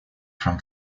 from